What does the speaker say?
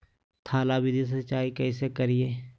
थाला विधि से सिंचाई कैसे करीये?